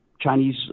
Chinese